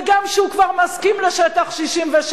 וגם כשהוא כבר מסכים לשטח 67',